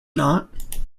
not